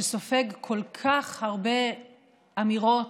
שסופג כל כך הרבה אמירות